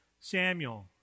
Samuel